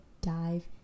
dive